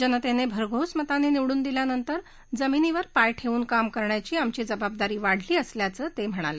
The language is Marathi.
जनतेने भरघोस मतांनी निवडून दिल्यानंतर जमीनीवर पाय ठेवून काम करण्याची जबाबदारी वाढली असल्याचं ते म्हणाले